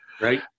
Right